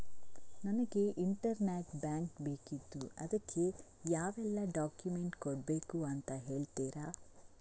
ನನಗೆ internet bank ಬೇಕಿತ್ತು ಅದಕ್ಕೆ ಯಾವೆಲ್ಲಾ ಡಾಕ್ಯುಮೆಂಟ್ಸ್ ಕೊಡ್ಬೇಕು ಅಂತ ಹೇಳ್ತಿರಾ?